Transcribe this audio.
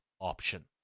option